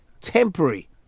temporary